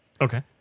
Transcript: okay